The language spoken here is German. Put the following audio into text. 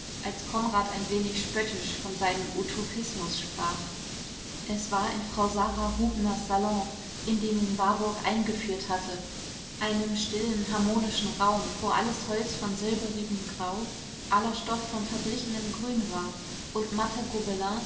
als konrad ein wenig spöttisch von seinem utopismus sprach es war in frau sara rubners salon in den ihn warburg eingeführt hatte einem stillen harmonischen raum wo alles holz von silberigem grau aller stoff von verblichenem grün war und matte